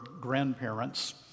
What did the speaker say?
grandparents